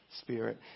spirit